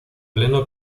pleno